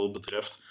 betreft